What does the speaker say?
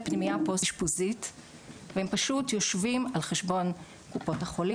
שמחכים לפנימייה פוסט-אשפוזית והם פשוט יושבים על חשבון קופות החולים,